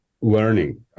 learning